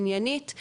עניינים,